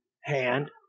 hand